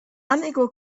unequal